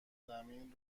زمین